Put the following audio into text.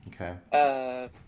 Okay